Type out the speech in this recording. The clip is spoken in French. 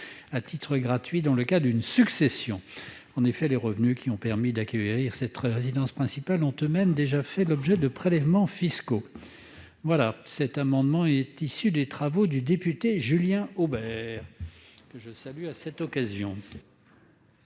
à titre gratuit dans le cadre d'une succession. En effet, les revenus qui ont permis d'acquérir cette résidence principale ont eux-mêmes déjà fait l'objet de prélèvements fiscaux. Cet amendement s'inspire des travaux du député Julien Aubert, que je salue à cette occasion